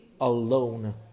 alone